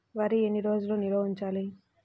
వరి ఎన్ని రోజులు నిల్వ ఉంచాలి?